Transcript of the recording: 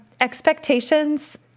expectations